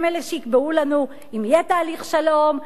הם אלה שיקבעו לנו אם יהיה תהליך שלום,